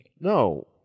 No